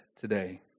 today